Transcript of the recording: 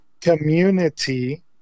community